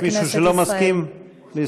יש מישהו שלא מסכים להסתפק?